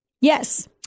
Yes